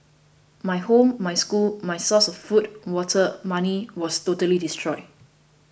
my home my school my source of food water money was totally destroyed